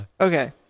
Okay